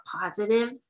positive